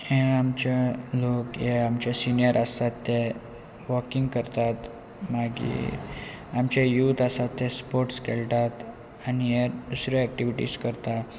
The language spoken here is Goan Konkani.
हे आमचे लोक हे आमचे सिनीयर आसात ते वॉकींग करतात मागीर आमचे यूथ आसात ते स्पोर्ट्स खेळटात आनी हे दुसऱ्यो एक्टिविटीज करता